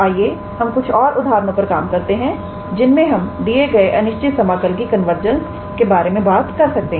तो आइए हम कुछ उदाहरण पर काम करते हैं जिनमें हम दिए गए अनिश्चित समाकल की कन्वर्जंस के बारे में बात कर सके